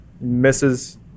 Misses